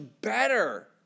better